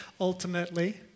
ultimately